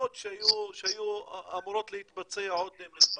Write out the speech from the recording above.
במשימות שהיו אמורות להתבצע עוד מזמן.